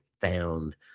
found